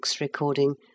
recording